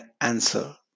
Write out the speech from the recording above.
answer